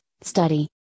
study